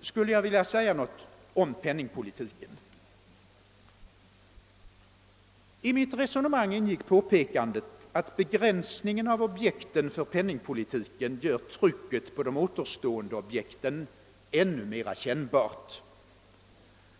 skall jag också säga något om penningpolitiken. I mitt resonemang ingick påpekandet att begränsningen av objekten för penningpolitiken gör trycket på de återstående objekten ännu mera kännbart.